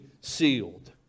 Sealed